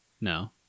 No